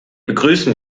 begrüßen